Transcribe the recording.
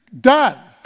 done